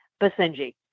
Basenji